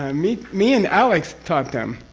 i mean me and alex taught them,